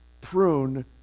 prune